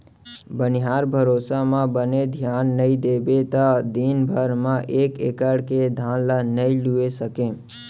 बनिहार भरोसा म बने धियान नइ देबे त दिन भर म एक एकड़ के धान ल नइ लूए सकें